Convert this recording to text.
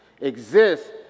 exist